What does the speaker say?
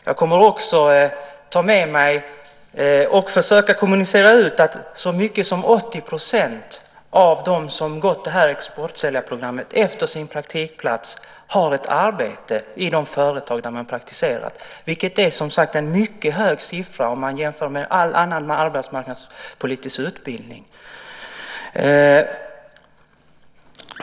Jag kommer också att försöka kommunicera ut att så många som 80 % av dem som gått exportsäljarprogrammet efter sin praktikplats har ett arbete i de företag där de praktiserat, vilket är en mycket hög siffra om man jämför med all annan arbetsmarknadspolitisk utbildning.